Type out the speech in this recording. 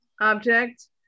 object